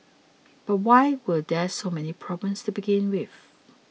but why were there so many problems to begin with